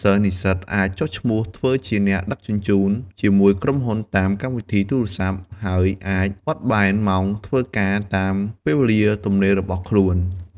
សិស្សនិស្សិតអាចចុះឈ្មោះធ្វើជាអ្នកដឹកជញ្ជូនជាមួយក្រុមហ៊ុនតាមកម្មវិធីទូរស័ព្ទ ហើយអាចបត់បែនម៉ោងធ្វើការតាមពេលវេលាទំនេររបស់ខ្លួន។